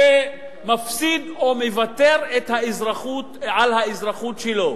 שמפסיד או מוותר על האזרחות שלו,